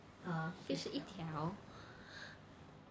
fish 是一条